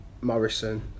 Morrison